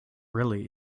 really